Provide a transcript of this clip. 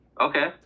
Okay